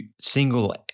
single